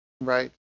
Right